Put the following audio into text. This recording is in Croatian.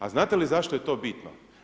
A znate li zašto je to bitno?